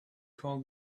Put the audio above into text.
call